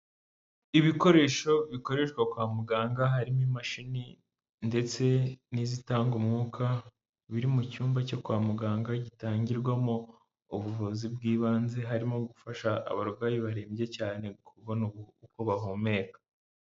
Ibikoresho bikoreshwa kwa muganga harimo imashini ndetse n'izitanga umwuka, biri mu cyumba cyo kwa muganga gitangirwamo ubuvuzi bw'ibanze, harimo gufasha abarwayi barembye cyane kubona uko bahumeka.